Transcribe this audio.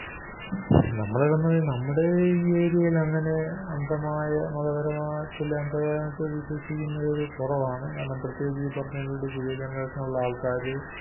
നമ്മൾ നമ്മൾ നമ്മുടെ ഈ ഏരിയയിൽ അങ്ങനെ അന്ധമായ മതപരമായതിൽ അന്ധമായിട്ടു വിശ്വസിക്കുന്നവർ കുറവാണ് കാരണം പ്രത്യേകിച്ച് ഈ പുറത്ത് ജനങ്ങളുണ്ട് ഈ പുതിയ ജനറേഷനിലുള്ള ആൾക്കാർ